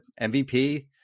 MVP